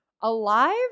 alive